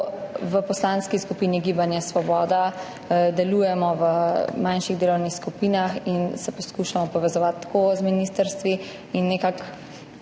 v Poslanski skupini Svoboda delujemo v manjših delovnih skupinah in se poskušamo povezovati z ministrstvi in nekako